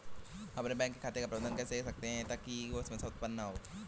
हम अपने बैंक खाते का प्रबंधन कैसे कर सकते हैं ताकि कोई समस्या उत्पन्न न हो?